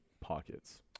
pockets